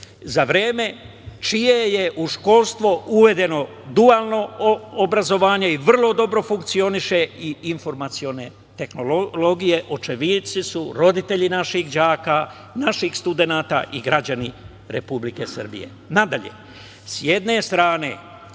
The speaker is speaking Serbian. za vreme čije je u školstvo uvedeno dualno obrazovanje i vrlo dobro funkcioniše i informacione tehnologije. Očevici su roditelji naših đaka, naših studenata i građani Republike Srbije. Dalje, sa jedne strane